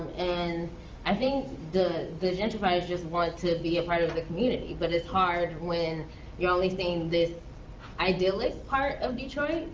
and i think the the gentrifiers just wanted to be a part of the community, but it's hard when you're only seeing this idyllic part of detroit,